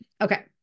okay